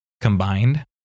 combined